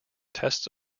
tests